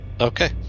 okay